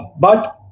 but